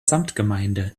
samtgemeinde